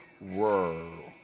world